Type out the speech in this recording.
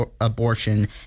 abortion